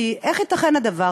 כי איך ייתכן הדבר,